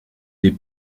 des